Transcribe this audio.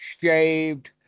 shaved